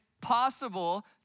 possible